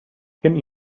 can